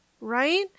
Right